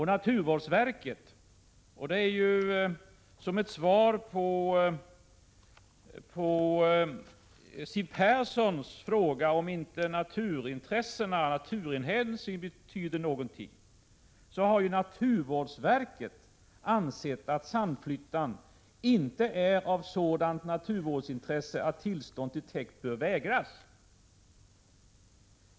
Som svar på Siw Perssons fråga om naturvårdsintressena inte betyder någonting vill jag säga att naturvårdsverket har ansett att Sandflyttan inte har ett sådant naturvårdsintresse att tillstånd till täkt bör vägras.